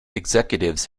executives